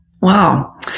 Wow